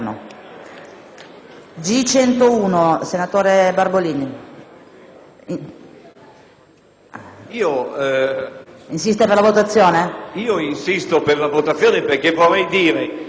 insiste per la votazione